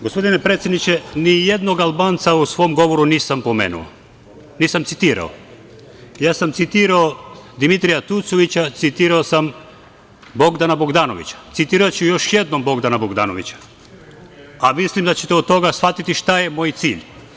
Gospodine predsedniče, ni jednog Albanca u svom govoru nisam pomenu, nisam citirao, ja sam citirao Dimitrija Tucovića, citirao sam Bogdana Bogdanovića, citiraću još jenom Bogdana Bogdanovića, a mislim da ćete od toga shvatiti šta je moj cilj.